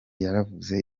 yaravuze